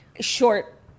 Short